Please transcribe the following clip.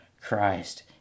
Christ